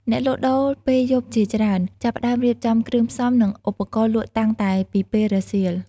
អ្នកលក់ដូរពេលយប់ជាច្រើន ចាប់ផ្ដើមរៀបចំគ្រឿងផ្សំ និងឧបករណ៍លក់តាំងតែពីពេលរសៀល។